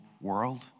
world